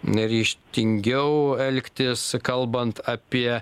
ne ryžtingiau elgtis kalbant apie